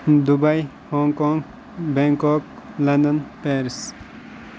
Dubai Hong Kong Bangkok London Paris